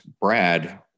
Brad